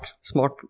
smart